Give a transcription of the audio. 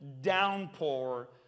downpour